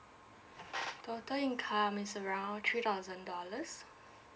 total income is around three thousand dollars